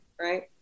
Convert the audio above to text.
right